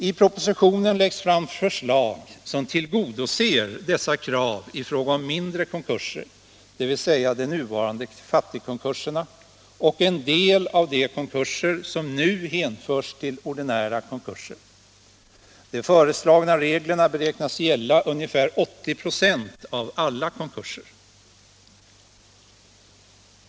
I propositionen läggs fram förslag som tillgodoser dessa krav i fråga om mindre konkurser, dvs. de nuvarande fattigkonkurserna och en del av de konkurser som nu hänförs till ordinära konkurser. De föreslagna reglerna beräknas gälla ungefär 80 96 av alla konkurser.